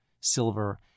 silver